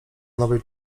nowej